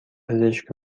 پزشک